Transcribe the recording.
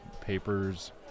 papers